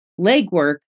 legwork